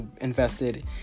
invested